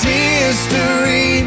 history